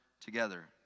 together